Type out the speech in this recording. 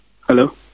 hello